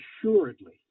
assuredly